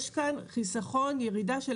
יש כאן חיסכון, ירידה של